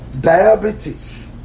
diabetes